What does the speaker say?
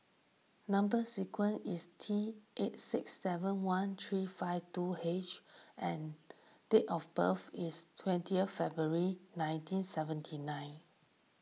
Number Sequence is T eight six seven one three five two H and date of birth is twenty February nineteen seventy nine